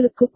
உங்களுக்கு